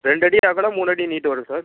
ரெண்டு அடி அகலம் மூணு அடி நீட்டு வரும் சார்